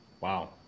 Wow